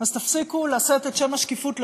אז תפסיקו לשאת את שם השקיפות לשווא,